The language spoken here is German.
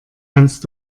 kannst